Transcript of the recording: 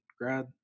grad